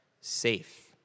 safe